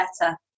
better